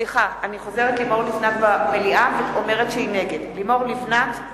הכנסת) לימור לבנת, נגד